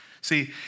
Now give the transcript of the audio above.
See